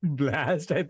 blast